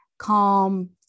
calm